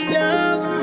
love